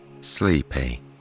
sleepy